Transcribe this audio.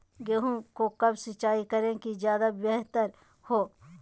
गेंहू को कब सिंचाई करे कि ज्यादा व्यहतर हो?